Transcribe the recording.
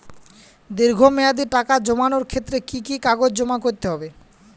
দীর্ঘ মেয়াদি টাকা জমানোর ক্ষেত্রে কি কি কাগজ জমা করতে হবে?